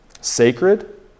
sacred